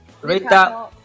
rita